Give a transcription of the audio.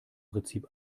prinzip